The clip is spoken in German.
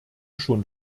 schon